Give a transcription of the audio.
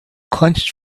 clenched